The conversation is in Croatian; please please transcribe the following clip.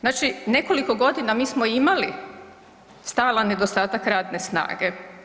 Znači nekoliko godina mi smo imali stalan nedostatak radne snage.